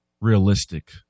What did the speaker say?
realistic